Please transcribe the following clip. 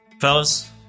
fellas